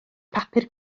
papur